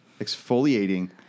Exfoliating